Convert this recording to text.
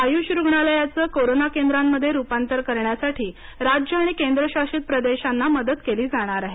आयुष रुग्णालयांचं कोरोना केंद्रांमध्ये रुपांतर करण्यासाठी राज्य आणि केंद्रशासित प्रदेशांना मदत केली जाणार आहे